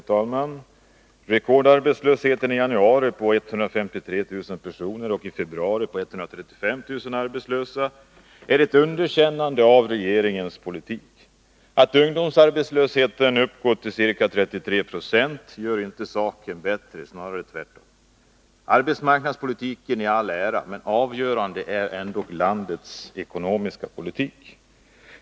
Herr talman! Rekordarbetslösheten i januari på 153 000 personer och i februari på 135 000 arbetslösa är ett underkännande av regeringens politik. Att ungdomsarbetslösheten uppgår till ca 33 6 gör inte saken bättre, snarare tvärtom. Arbetsmarknadspolitiken i all ära, men avgörande är ändå landets ekonomiska politik.